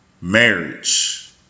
Marriage